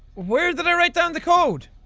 where did i write down the code?